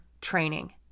training